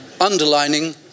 underlining